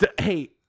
Hey